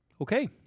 Okay